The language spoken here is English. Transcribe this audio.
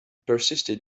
persisted